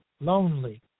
lonely